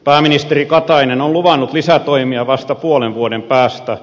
pääministeri katainen on luvannut lisätoimia vasta puolen vuoden päästä